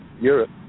Europe